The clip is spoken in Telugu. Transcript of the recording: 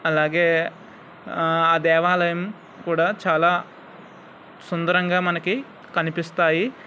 అలాగే ఆ దేవాలయం కూడా చాలా సుందరంగా మనకు కనిపిస్తాయి